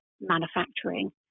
manufacturing